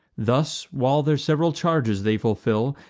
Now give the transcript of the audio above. thus, while their sev'ral charges they fulfil,